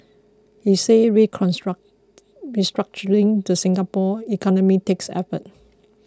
he said reconstruct restructuring the Singapore economy takes effort